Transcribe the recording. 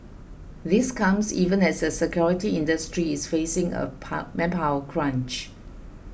this comes even as the security industry is facing a power manpower crunch